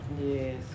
Yes